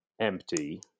empty